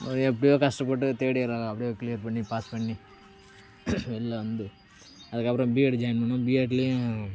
அப்புறம் எப்படியோ கஷ்டப்பட்டு தேர்ட் இயர் அப்படியே கிளியர் பண்ணி பாஸ் பண்ணி வெளில வந்து அதுக்கப்புறம் பிஎட் ஜாயின் பண்ணினோம் பிஎட்லேயும்